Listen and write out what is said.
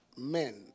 Men